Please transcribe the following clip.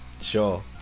Sure